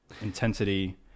intensity